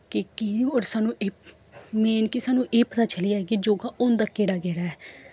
कि केह् होर सानूं एह् मेन कि एह् पता चली जाए कि योग होंदा केह्ड़ा केह्ड़ा ऐ